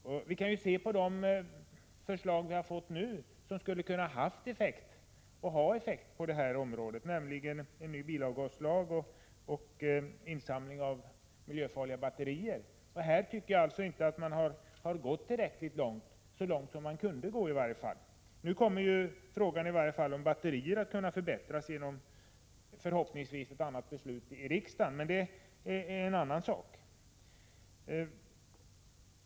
Men vi kan ju se på de förslag som redan finns, som skulle ha kunnat få effekt på detta område, nämligen förslaget om en ny bilavgaslag och förslaget om insamling av miljöfarliga batterier. Här tycker jag inte att man har gått tillräckligt långt, inte så långt man kunde ha gått. Nu kommer i alla fall situationen när det gäller batterierna förhoppningsvis att kunna förbättras genom beslut i riksdagen — men det är en annan sak.